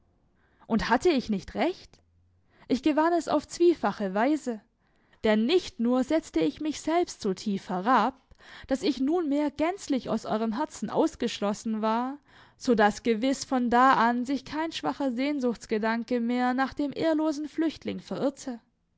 und hatte ich nicht recht ich gewann es auf zwiefache weise denn nicht nur setzte ich mich selbst so tief herab daß ich nunmehr gänzlich aus eurem herzen ausgeschlossen war so daß gewiß von da an sich kein schwacher sehnsuchtsgedanke mehr nach dem ehrlosen flüchtling verirrte